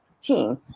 team